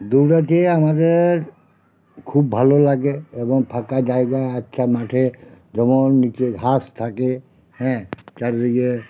দৌড়াতে আমাদের খুব ভালো লাগে এবং ফাঁকা জায়গা একটা মাঠে যেমন নিচে ঘাস থাকে হ্যাঁ চারদিকে